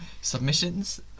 submissions